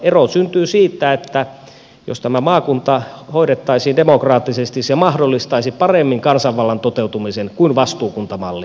ero syntyy siitä että jos tämä maakunta hoidettaisiin demokraattisesti se mahdollistaisi paremmin kansanvallan toteutumisen kuin vastuukuntamalli